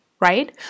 right